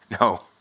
No